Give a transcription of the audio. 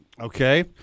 Okay